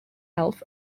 elf